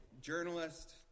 journalist